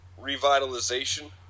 revitalization